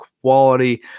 quality